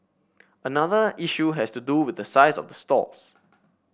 another issue has to do with the size of the stalls